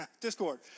discord